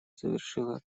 завершила